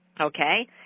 Okay